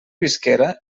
visquera